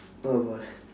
oh boy